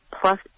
plus